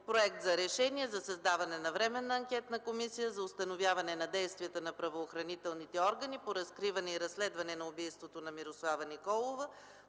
Проект за: „РЕШЕНИЕ за създаване на Временна анкетна комисия за установяване на действията на правоохранителните органи по разкриване и разследване на убийството на Мирослава Николова